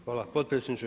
Hvala potpredsjedniče.